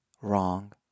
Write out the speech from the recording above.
Wrong